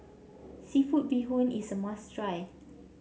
seafood Bee Hoon is a must try